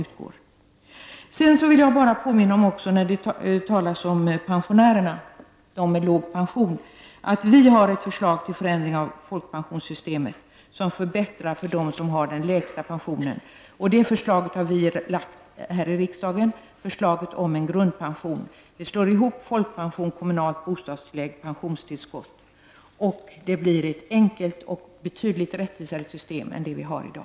När det talades om pensionärer med låg pension vill jag påminna om att vi har föreslagit ett grundpensionssystem som förbättrar för dem som har den lägsta pensionen. Förslaget har vi lagt fram här i riksdagen. Vi slår ihop folkpension, kommunalt bostadstillägg och pensionstillskott. Det blir ett enkelt och betydligt rättvisare system än det vi har i dag.